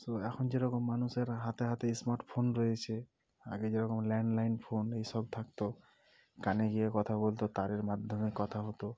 so এখন যেরকম মানুষের হাতে হাতে স্মার্টফোন রয়েছে আগে যেরকম ল্যান্ডলাইন ফোন এই সব থাকত কানে গিয়ে কথা বলত তারের মাধ্যমে কথা হতো